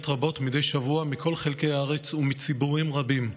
רבות מדי שבוע מכל חלקי הארץ ומציבורים רבים,